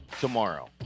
tomorrow